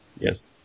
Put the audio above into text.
Yes